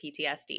PTSD